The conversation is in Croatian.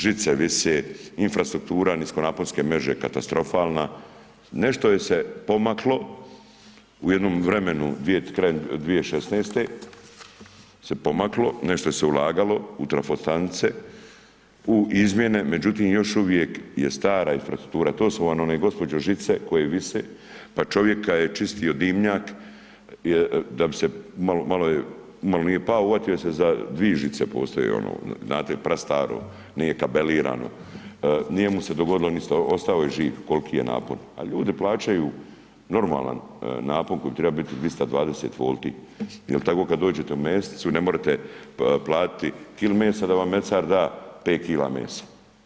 Žice vise, infrastruktura niskonaponske mreže katastrofalna, nešto je se pomaklo u jednom vremenu krajem 2016. se pomaklo, nešto se ulagalo u trafostanice u izmjene, međutim još uvijek je stara infrastrukture, to su vam one gospođo žice koje vise, pa čovjek kad je čistio dimnjak, da bi se, umalo nije pao, uhvatio se za dvije žive, postoje, znate, prastaro, nije kabelirano, nije mu se dogodilo ništa, ostao je živ koliki je napon, a ljudi plaćaju normalan napon koji treba biti 220 W, je li tako kada dođete u mesnicu, ne morate platiti kilu mesa da vam mesar da 5 kila mesa.